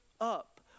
up